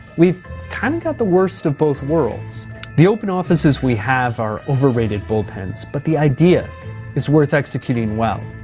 we've kind of got the worst of both worlds. the open offices we have are overrated bullpens, but the idea is worth executing well.